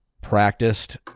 Practiced